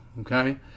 okay